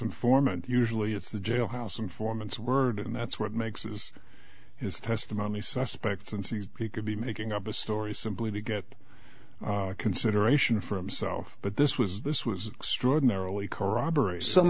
informant usually it's the jailhouse informants word and that's what makes his his testimony suspect since he could be making up a story simply to get consideration from self but this was this was extraordinarily corroboree some